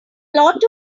lot